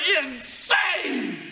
insane